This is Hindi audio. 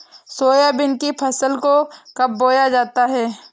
सोयाबीन की फसल को कब बोया जाता है?